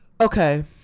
Okay